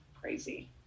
crazy